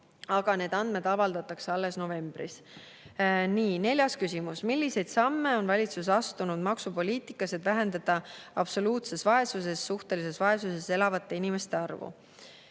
Aga need andmed avaldatakse alles novembris. Neljas küsimus: "Milliseid samme on valitsus astunud maksupoliitikas, et vähendada absoluutses ja suhtelises vaesuses elavate inimeste arvu?"